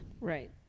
right